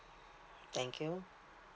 thank you